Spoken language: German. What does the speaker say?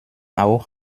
auch